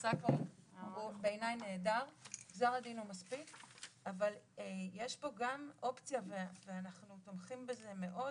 אבל יש פה גם אופציה ואנחנו תומכים בזה מאוד,